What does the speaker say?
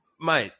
Mate